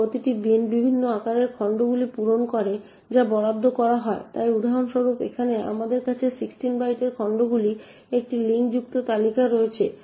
এবং প্রতিটি বিন বিভিন্ন আকারের খণ্ডগুলি পূরণ করে যা বরাদ্দ করা হয় তাই উদাহরণস্বরূপ এখানে আমাদের কাছে 16 বাইটের খণ্ডগুলির একটি লিঙ্কযুক্ত তালিকা রয়েছে